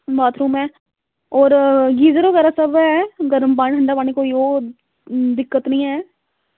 bathroom ऐ होर geyser बगैरा सब ऐ गर्म पानी ठंडा पानी कोई ओह् दिक्कत निं ऐ